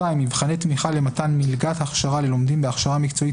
מבחני תמיכה למתן מלגת הכשרה ללומדים בהכשרה מקצועית